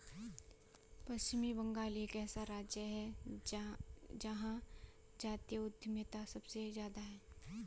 पश्चिम बंगाल एक ऐसा राज्य है जहां जातीय उद्यमिता सबसे ज्यादा हैं